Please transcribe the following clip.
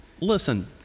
listen